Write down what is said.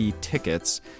tickets